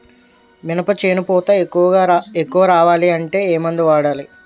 మినప చేను పూత ఎక్కువ రావాలి అంటే ఏమందు వాడాలి?